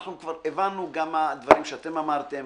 גם הדברים שאתם אמרתם,